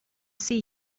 see